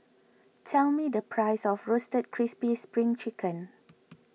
tell me the price of Roasted Crispy Spring Chicken